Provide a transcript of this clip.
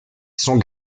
sont